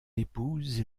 épouse